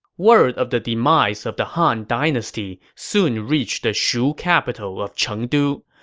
word of the demise of the han dynasty soon reached the shu capital of chengdu.